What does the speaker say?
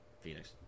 Phoenix